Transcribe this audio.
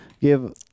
give